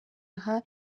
aha